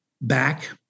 back